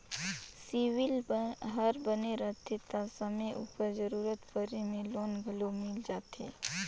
CIBIL हर बने रहथे ता समे उपर जरूरत परे में लोन घलो मिल जाथे